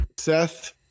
Seth